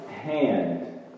hand